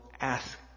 ask